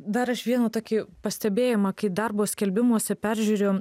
dar aš vieną tokį pastebėjimą kai darbo skelbimuose peržiūrėjom